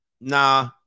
Nah